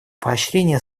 поощрение